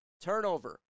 turnover